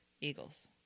Eagles